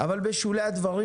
אבל בשולי הדברים,